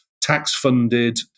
tax-funded